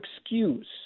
excuse